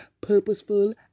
purposeful